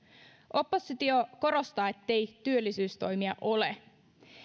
oppositio korostaa ettei työllisyystoimia ole